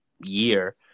year